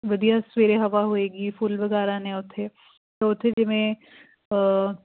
ਵਧੀਆ ਸਵੇਰੇ ਹਵਾ ਹੋਏਗੀ ਫੁੱਲ ਵਗੈਰਾ ਨੇ ਉੱਥੇ ਉੱਥੇ ਜਿਵੇਂ